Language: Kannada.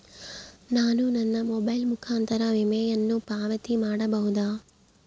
ನಾನು ನನ್ನ ಮೊಬೈಲ್ ಮುಖಾಂತರ ವಿಮೆಯನ್ನು ಪಾವತಿ ಮಾಡಬಹುದಾ?